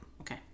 Okay